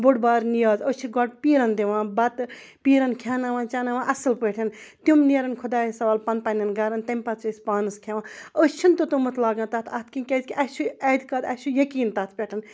بوٚڑ بار نِیاز أسۍ چھِ گۄڈٕ پیٖرَن دِوان بَتہٕ پیٖرَن کھٮ۪ناوان چٮ۪ناوان اَصٕل پٲٹھۍ تِم نیرَن خۄدایَس حوال پَنُن پنٛنٮ۪ن گَرَن تَمہِ پَتہٕ چھِ أسۍ پانَس کھٮ۪وان أسۍ چھِنہٕ توٚتامَتھ لاگان تَتھ اَتھٕ کِہیٖنۍ کیٛازِکہِ اَسہِ چھُ اعتقاد اَسہِ چھُ یقیٖن تَتھ پٮ۪ٹھ